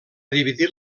dividit